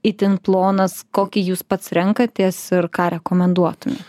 itin plonas kokį jūs pats renkatės ir ką rekomenduotumėt